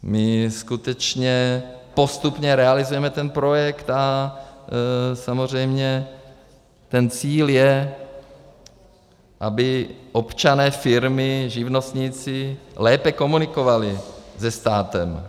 My skutečně postupně realizujeme ten projekt a samozřejmě cíl je, aby občané, firmy, živnostníci lépe komunikovali se státem.